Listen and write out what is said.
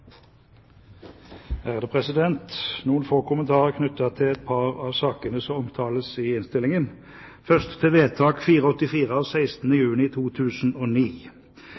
Noen få kommentarer knyttet til et par av sakene som omtales i innstillingen. Først til Vedtak 484 av 16. juni 2009.